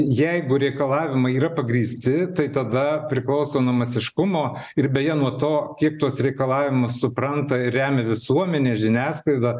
jeigu reikalavimai yra pagrįsti tai tada priklauso nuo masiškumo ir beje nuo to kiek tuos reikalavimus supranta ir remia visuomenė žiniasklaida